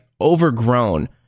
Overgrown